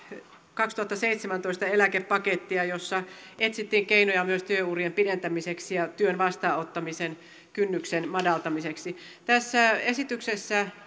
kaksituhattaseitsemäntoista eläkepakettia jossa etsittiin keinoja myös työurien pidentämiseksi ja työn vastaanottamisen kynnyksen madaltamiseksi tässä esityksessä